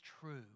true